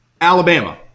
Alabama